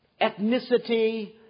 ethnicity